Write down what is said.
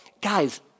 guys